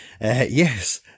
Yes